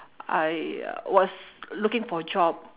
I uh was looking for a job